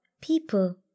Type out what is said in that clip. people